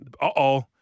Uh-oh